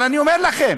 אבל אני אומר לכם,